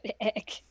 egg